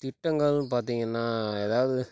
திட்டங்கள்னு பார்த்தீங்கன்னா ஏதாவது